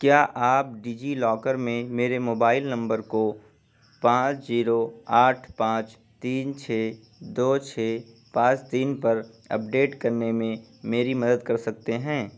کیا آپ DigiLocker میں میرے موبائل نمبر کو پانچ جیرو آٹھ پانچ تین چھ دو چھ پانچ تین پر اپ ڈیٹ کرنے میں میری مدد کر سکتے ہیں